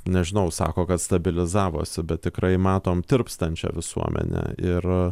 nežinau sako kad stabilizavosi bet tikrai matom tirpstančią visuomenę ir